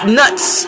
nuts